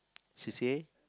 C_C_A